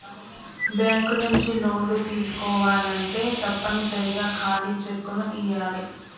bank నుంచి లోన్లు తీసుకోవాలంటే తప్పనిసరిగా ఖాళీ చెక్కుని ఇయ్యాలే